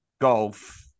golf